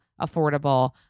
affordable